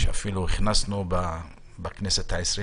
אפילו הכנסנו בכנסת ה-20,